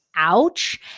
Ouch